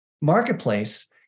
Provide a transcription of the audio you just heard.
marketplace